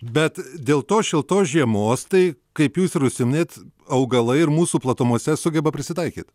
bet dėl tos šiltos žiemos tai kaip jūs ir užsiiminėt augalai ir mūsų platumose sugeba prisitaikyt